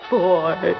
boy